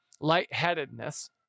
lightheadedness